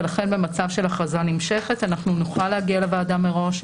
ולכן במצב של הכרזה נמשכת אנחנו נוכל להגיע לוועדה מראש.